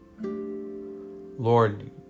Lord